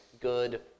good